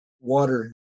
water